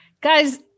Guys